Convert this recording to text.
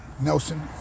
Nelson